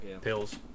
pills